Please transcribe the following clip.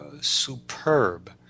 superb